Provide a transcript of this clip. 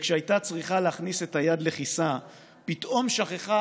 וכשהייתה צריכה להכניס את היד לכיסה פתאום שכחה